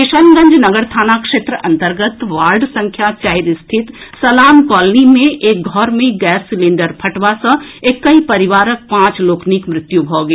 किशनगंज नगर थाना क्षेत्र अन्तर्गत वार्ड संख्या चारि स्थित सलाम कॉलोनी मे एक घर मे गैस सिलिंडर फटबा सँ एकहि परिवारक पांच लोकनिक मृत्यु भऽ गेल